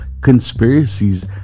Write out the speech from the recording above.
conspiracies